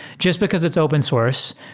just because it's open source,